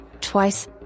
twice